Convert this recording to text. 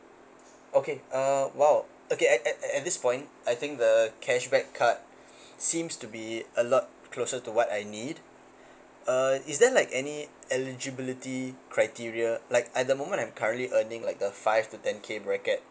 okay uh !wow! okay at at at this point I think the cashback card seems to be a lot closer to what I need uh is there like any eligibility criteria like at the moment I'm currently earning like a five to ten K bracket